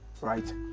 Right